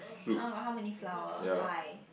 uh got how many flower five